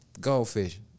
goldfish